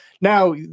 now